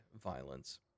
violence